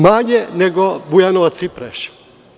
Manje nego Bujanovac i Preševo.